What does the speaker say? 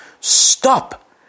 Stop